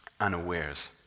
unawares